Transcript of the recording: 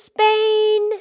Spain